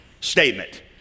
statement